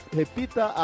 repita